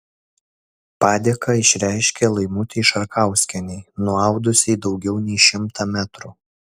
padėką išreiškė laimutei šarkauskienei nuaudusiai daugiau nei šimtą metrų